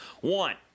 one